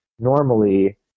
Normally